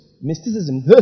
Mysticism